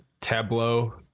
tableau